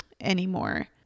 anymore